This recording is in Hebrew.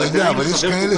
במלונות יש לכם